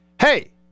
Hey